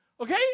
Okay